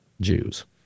Jews